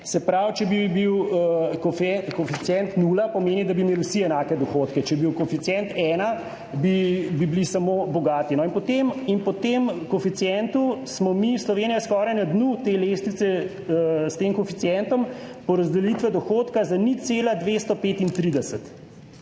Se pravi, če bi bil kot koeficient nula, pomeni, da bi imeli vsi enake dohodke, če bi bil koeficient ena, bi bili samo bogati, no po tem koeficientu smo mi Slovenija skoraj na dnu te lestvice s tem koeficientom porazdelitve dohodka za 0,235.